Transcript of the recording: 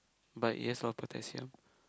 but it has a lot of potassium